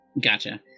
Gotcha